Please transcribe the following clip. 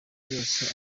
yose